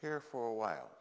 here for a while